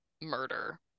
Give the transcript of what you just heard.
murder